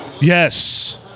Yes